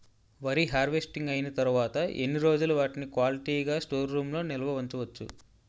వరి హార్వెస్టింగ్ అయినా తరువత ఎన్ని రోజులు వాటిని క్వాలిటీ గ స్టోర్ రూమ్ లొ నిల్వ ఉంచ వచ్చు?